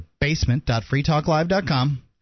basement.freetalklive.com